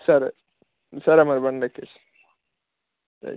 సరే సరే మరి బండి ఎక్కేయి రైట్